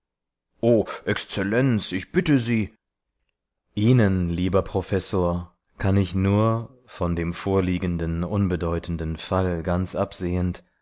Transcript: exzellenz ich bitte sie ihnen lieber professor kann ich nur von dem vorliegenden unbedeutenden fall ganz absehend